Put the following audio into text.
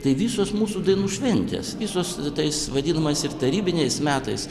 tai visos mūsų dainų šventės visos tais vadinamais ir tarybiniais metais